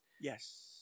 Yes